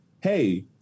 Hey